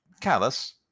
callous